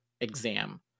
exam